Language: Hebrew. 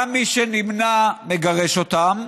גם מי שנמנע מגרש אותם,